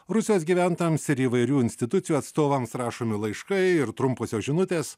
rusijos gyventojams ir įvairių institucijų atstovams rašomi laiškai ir trumposios žinutės